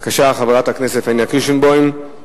מס' 4657. בבקשה.